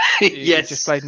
Yes